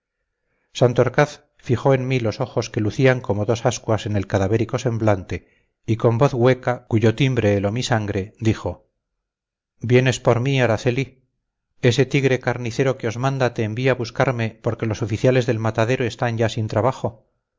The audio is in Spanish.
fijó en mí los ojos que lucían como dos ascuas en el cadavérico semblante y con voz hueca cuyo timbre heló mi sangre dijo vienes por mí araceli ese tigre carnicero que os manda te envía a buscarme porque los oficiales del matadero están ya sin trabajo